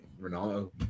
Ronaldo